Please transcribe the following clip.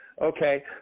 Okay